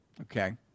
Okay